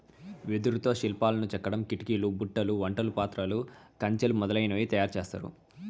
వెదురుతో శిల్పాలను చెక్కడం, కిటికీలు, బుట్టలు, వంట పాత్రలు, కంచెలు మొదలనవి తయారు చేత్తారు